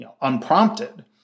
unprompted